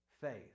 faith